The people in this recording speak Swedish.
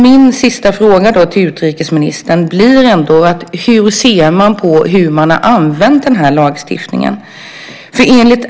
Min sista fråga till utrikesministern blir ändå: Hur ser man på sättet varpå lagstiftningen har använts?